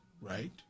right